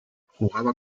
jugaba